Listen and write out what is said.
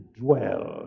dwell